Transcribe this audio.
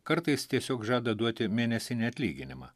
kartais tiesiog žada duoti mėnesinį atlyginimą